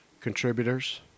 contributors